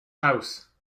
house